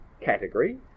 category